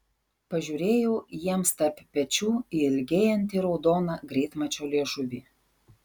pažiūrėjau jiems tarp pečių į ilgėjantį raudoną greitmačio liežuvį